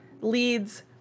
leads